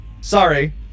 Sorry